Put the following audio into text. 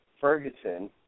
Ferguson